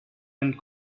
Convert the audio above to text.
and